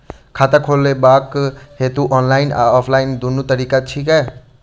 खाता खोलेबाक हेतु ऑनलाइन आ ऑफलाइन दुनू तरीका छै की?